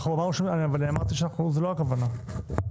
אני אמרתי שזו לא הכוונה.